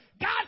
God